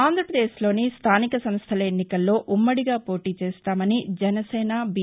ఆంధ్రాప్రదేశ్ లోని స్తానిక సంస్థల ఎన్నికల్లో ఉమ్మడిగా పోటీ చేస్తామని జనసేన బి